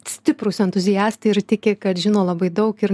stiprūs entuziastai ir tiki kad žino labai daug ir